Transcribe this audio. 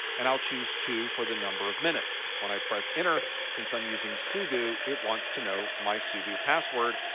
and i'll choose two for the number of minutes. when i press enter since i'm using sudo, it wants to know my sudo password.